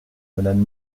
madame